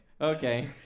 Okay